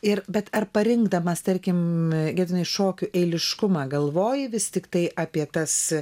ir bet ar parinkdamas tarkim gedvinai šokių eiliškumą galvoji vis tiktai apie tas